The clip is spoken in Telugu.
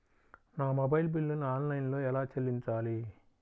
నా మొబైల్ బిల్లును ఆన్లైన్లో ఎలా చెల్లించాలి?